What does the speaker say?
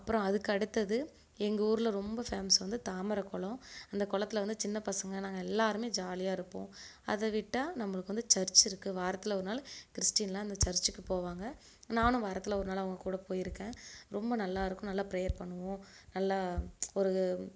அப்புறம் அதுக்கடுத்தது எங்கள் ஊரில் ரொம்ப ஃபேமஸ் வந்து தாமரைக்குளம் அந்த குளத்துல வந்து சின்ன பசங்க நாங்கள் எல்லோருமே ஜாலியாகருப்போம் அதை விட்டால் நம்பளுக்கு வந்து சர்ச்சிருக்குது வாரத்தில் ஒரு நாள் கிரிஸ்டின்லாம் அந்த சர்ச்சுக்கு போவாங்க நானும் வாரத்தில் ஒரு நாள் அவங்க கூட போயிருக்கேன் ரொம்ப நல்லாயிருக்கும் நல்லா பிரேயர் பண்ணுவோம் நல்லா ஒரு